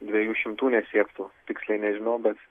dviejų šimtų nesiektų tiksliai nežinau bet